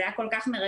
זה היה כל כך מרגש.